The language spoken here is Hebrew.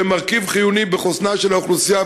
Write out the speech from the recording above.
שהיא מרכיב חיוני בחוסנה של האוכלוסייה,